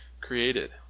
created